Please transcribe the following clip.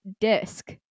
disc